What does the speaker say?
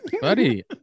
Buddy